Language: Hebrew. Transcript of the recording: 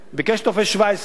ביקש טופס 17,